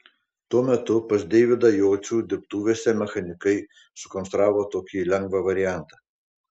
tuo metu pas deividą jocių dirbtuvėse mechanikai sukonstravo tokį lengvą variantą